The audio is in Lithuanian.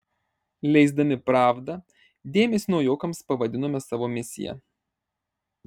leisdami pravdą dėmesį naujokams pavadinome savo misija